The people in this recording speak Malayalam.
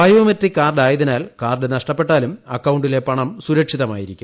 ബയോ മെട്രിക് കാർഡായതിനാൽ കാർഡ് നഷ്ടപ്പെട്ടാലും അക്കൌണ്ടിലെ പണം സുരക്ഷിതമായിരിക്കും